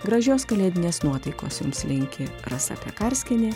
gražios kalėdinės nuotaikos jums linki rasa pekarskienė